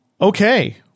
Okay